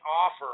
offer